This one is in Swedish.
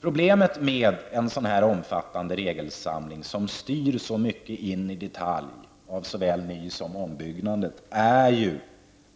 Problemet med en sådan omfattande regelsamling, som styr så mycket in i detalj av såväl ny som ombyggandet, är ju